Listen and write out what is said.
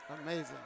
amazing